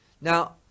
Now